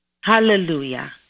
Hallelujah